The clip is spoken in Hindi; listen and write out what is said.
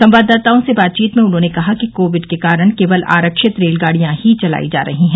संवाददाताओं से बातचीत में उन्होंने कहा कि कोविड के कारण केवल आरक्षित रेलगाडियां ही चलाई जा रही हैं